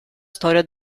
storia